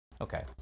Okay